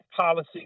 policy